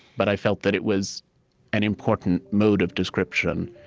but i felt that it was an important mode of description,